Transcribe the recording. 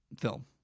film